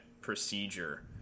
procedure